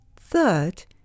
Third